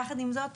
יחד עם זאת,